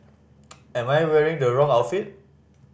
am I wearing the wrong outfit